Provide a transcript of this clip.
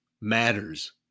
matters